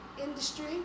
industry